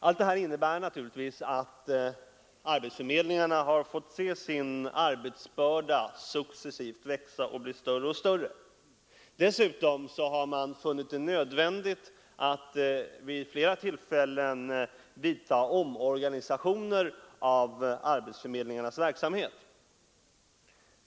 Allt det här innebär naturligtvis att arbetsförmedlingarna har fått se sin arbetsbörda successivt växa sig större och större. Dessutom har man funnit det nödvändigt att vid flera tillfällen vidta omorganisationer av arbetsförmedlingarnas verksamhet.